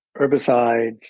herbicides